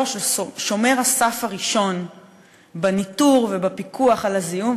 של שומר הסף הראשון בניטור ובפיקוח על הזיהום,